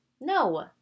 no